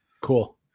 Cool